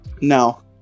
No